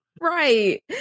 right